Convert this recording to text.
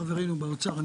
חברים באוצר,